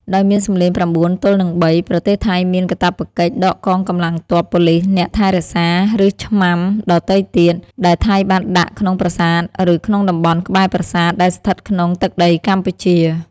ដោយមានសំឡេង៩ទល់នឹង៣ ប្រទេសថៃមានកាតព្វកិច្ចដកកងកម្លាំងទ័ព ប៉ូលីស អ្នកថែរក្សា ឬឆ្នាំដទៃទៀត ដែលថៃបានដាក់ក្នុងប្រាសាទឬក្នុងតំបន់ក្បែរប្រាសាទដែលស្ថិតក្នុងទឹកដីកម្ពុជា។